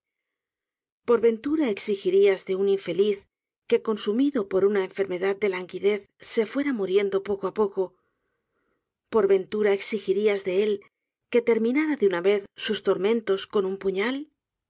por ventura exigirías de un infeliz que consumido por una enfermedad de languidez se fuera muriendo poco apoco por ventura exigidas de él que terminara de una vez sus tormentos con un puñal